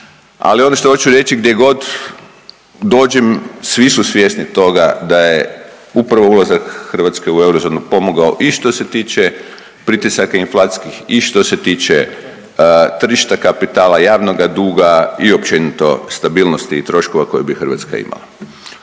Ali, ono što hoću reći, gdje god dođem, svi su svjesni toga da je upravo ulazak Hrvatske u eurozonu pomogao i što se tiče pritisaka inflacijskih i što se tiče tržišta kapitala, javnoga duga i općenito stabilnosti i troškova koje bi Hrvatska imala.